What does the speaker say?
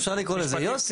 אפשר לקרוא לזה יוסי,